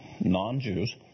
non-jews